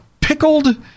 pickled